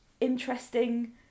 interesting